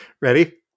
Ready